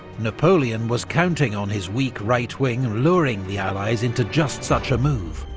napoleon was counting on his weak right wing luring the allies into just such a move,